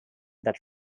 that